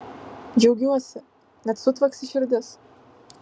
džiaugiuosi net sutvaksi širdis